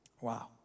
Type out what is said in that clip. Wow